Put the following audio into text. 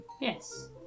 Yes